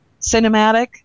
cinematic